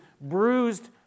bruised